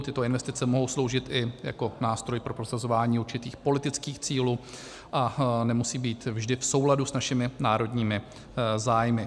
Tyto investice mohou sloužit i jako nástroj pro prosazování určitých politických cílů a nemusí být vždy v souladu s našimi národními zájmy.